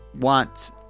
want